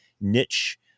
niche